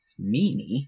meanie